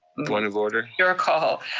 point of order. your call.